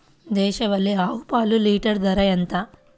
దేశవాలీ ఆవు పాలు లీటరు ధర ఎంత?